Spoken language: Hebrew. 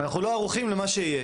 אנחנו לא ערוכים למה שיהיה,